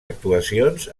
actuacions